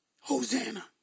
Hosanna